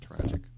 Tragic